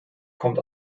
kommt